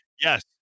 yes